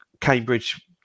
Cambridge